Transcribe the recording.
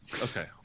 Okay